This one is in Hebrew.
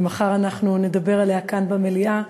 ומחר אנחנו נדבר עליה כאן במליאה,